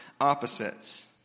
opposites